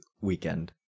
weekend